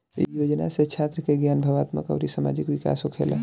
इ योजना से छात्र के ज्ञान, भावात्मक अउरी सामाजिक विकास होखेला